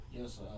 Yes